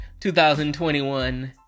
2021